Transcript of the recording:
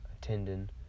tendon